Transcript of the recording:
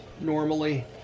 normally